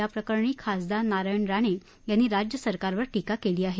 याप्रकरणी खासदार नारायण राणे यांनी राज्य सरकारवर टीका केली आहे